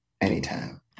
Anytime